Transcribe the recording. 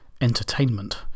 entertainment